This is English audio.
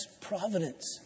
providence